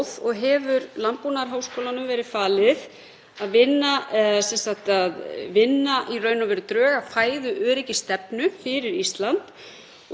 og drög að henni eigi að liggja fyrir í apríl næstkomandi. Þannig að við eigum von á stefnumótun sem byggir á þessari ágætu skýrslu. Hv. þingmaður fór nú yfir